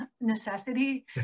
necessity